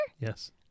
Yes